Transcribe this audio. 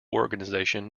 organisation